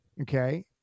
okay